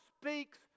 speaks